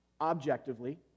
objectively